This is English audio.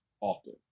often